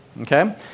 Okay